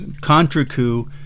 Contra-coup